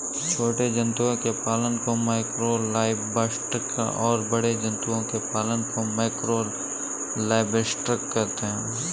छोटे जंतुओं के पालन को माइक्रो लाइवस्टॉक और बड़े जंतुओं के पालन को मैकरो लाइवस्टॉक कहते है